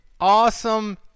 awesome